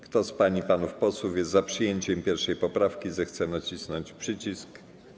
Kto z pań i panów posłów jest za przyjęciem 1. poprawki, zechce nacisnąć przycisk.